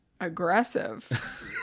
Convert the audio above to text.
Aggressive